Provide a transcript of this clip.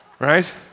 Right